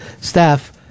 staff